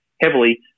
heavily